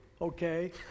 okay